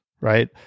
right